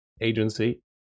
agency